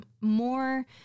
more